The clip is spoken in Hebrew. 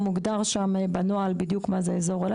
מוגדר שם בנוהל בדיוק מה זה אזור אילת,